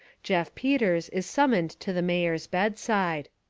jeff peters is summoned to the mayor's bedside.